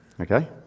okay